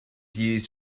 used